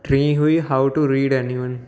टीं हुई how to read anyone